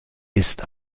ist